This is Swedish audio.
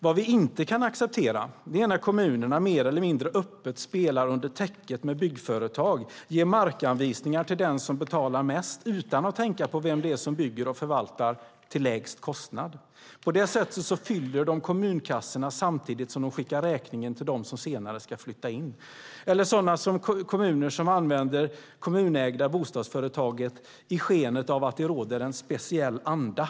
Det vi inte kan acceptera är när kommunerna mer eller mindre öppet spelar under täcket med byggföretag, ger markanvisningar till den som betalar mest, utan att tänka på vem det är som bygger och förvaltar till lägst kostnad. På det sättet fyller de kommunkassorna samtidigt som de skickar räkningen till dem som senare ska flytta in. Inte heller kan vi acceptera sådana kommuner som använder det kommunägda bostadsföretaget och ger sken av att det råder en "speciell anda".